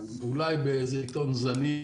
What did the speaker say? אולי בעיתון זניח